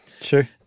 Sure